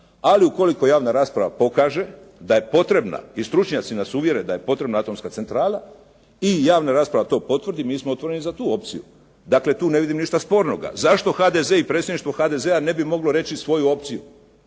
Ali ukoliko javna rasprava pokaže da je potrebna, i stručnjaci nas uvjere da je potrebna atomska centrala i javna rasprava to potvrdi mi smo otvoreni za tu opciju. Dakle, tu ne vidim ništa spornoga. Zašto HDZ i predsjedništvo HDZ-a ne bi moglo reći svoju opciju?